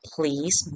Please